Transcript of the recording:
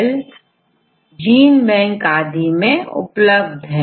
अब मैं आपको संरचना बताता हूं जैसे हमारे पास3d स्ट्रक्चर है